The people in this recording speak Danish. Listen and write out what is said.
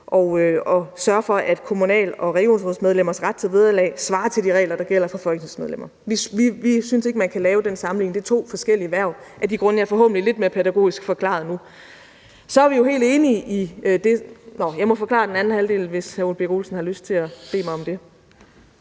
at sørge for, at kommunal- og regionsrådsmedlemmers ret til vederlag svarer til de regler, der gælder for folketingsmedlemmer. Vi synes ikke, man kan lave den sammenligning – det er to forskellige hverv – af de grunde, jeg forhåbentlig lidt mere pædagogisk forklarede nu. Nå, jeg må forklare den anden halvdel, hvis hr. Ole Birk Olesen har lyst til at bede mig om det.